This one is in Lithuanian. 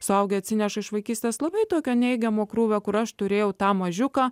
suaugę atsineša iš vaikystės labai tokio neigiamo krūvio kur aš turėjau tą mažiuką